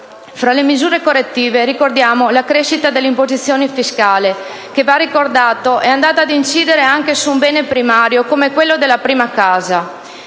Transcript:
Tra le misure correttive ricordiamo: la crescita dell'imposizione fiscale, che - va ricordato - è andata ad incidere anche su un bene primario come la prima casa;